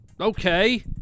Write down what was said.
Okay